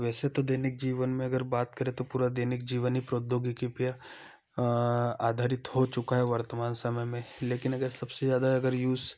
वैसे तो दैनिक जीवन में अगर बात करें तो पूरा दैनिक जीवन ही प्रौद्योगिकीपया आधारित हो चुका है वर्तमान समय में लेकिन अगर सबसे ज्यादा अगर यूज़